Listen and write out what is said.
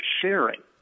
sharing